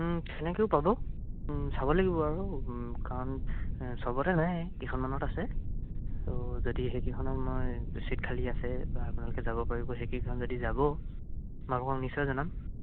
তেনেকৈও পাব চাব লাগিব আৰু কাৰণ সবতে নাই কেইখনমানত আছে ত' যদি সেইকেইখনত মই চিট খালী আছে বা আপোনালোকে যাব পাৰিব সেইকেইখন যদি যাব মই আপোনালোকক নিশ্চয় জনাম